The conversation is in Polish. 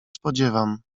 spodziewam